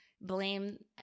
blame